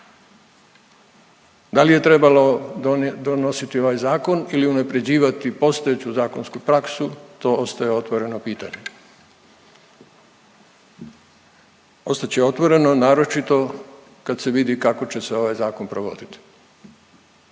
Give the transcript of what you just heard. Da li je trebalo donositi ovaj zakon ili unapređivati postojeću zakonsku praksu, to ostaje otvoreno pitanje. Ostat će otvoreno naročito kad se vidi kako će se ovaj zakon provoditi